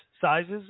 sizes